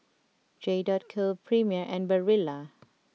J dot Co Premier and Barilla